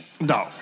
No